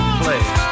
play